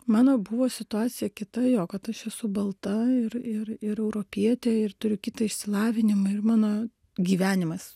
mano buvo situacija kita jo kad aš esu balta ir ir ir europietė ir turiu kitą išsilavinimą ir mano gyvenimas